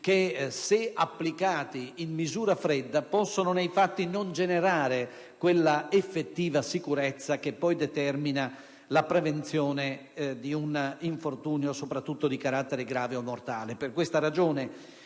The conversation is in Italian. che, se applicati in misura fredda, possono nei fatti non generare quella effettiva sicurezza che poi determina la prevenzione di un infortunio, soprattutto di carattere grave o mortale. Per questa ragione